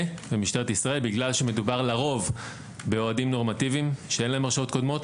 במשטרת ישראל כיוון שמדוב לרוב באוהדים נורמטיביים ללא הרשעות קודמות.